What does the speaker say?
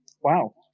Wow